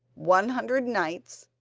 one hundred knights,